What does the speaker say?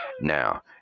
Now